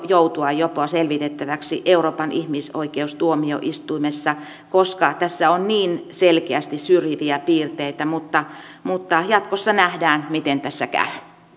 joutua jopa selvitettäväksi euroopan ihmisoikeustuomioistuimessa koska tässä on niin selkeästi syrjiviä piirteitä mutta mutta jatkossa nähdään miten tässä käy